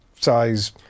size